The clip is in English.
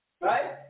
right